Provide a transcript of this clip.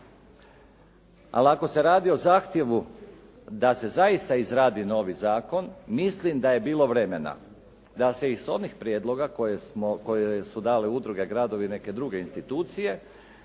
Ali ako se radi o zahtjevu da se zaista izradi novi zakon mislim da je bilo vremena da se iz onih prijedloga koje smo, koje su dale udruge, gradovi i neke druge institucije